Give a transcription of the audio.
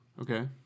Okay